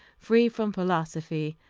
free from philosophy,